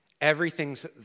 Everything's